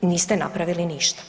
Niste napravili ništa.